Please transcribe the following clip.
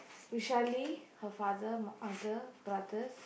Vishali her father mother brothers